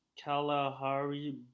Kalahari